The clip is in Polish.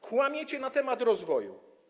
Kłamiecie na temat rozwoju.